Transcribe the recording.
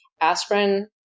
aspirin